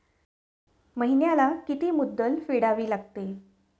महिन्याला किती मुद्दल फेडावी लागेल?